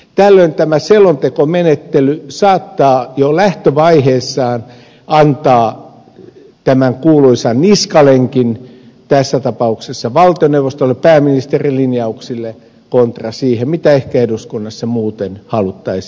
tällöin tämä selontekomenettely saattaa jo lähtövaiheessaan antaa tämän kuuluisan niskalenkin tässä tapauksessa valtioneuvostolle pääministerin linjauksille kontra siihen miten eduskunnassa ehkä muutoin haluttaisiin toimia